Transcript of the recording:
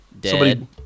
dead